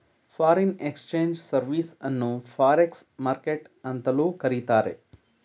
foreign exchange service ಅನ್ನು forex market ಅಂತಲೂ ಕರಿತಾರೆ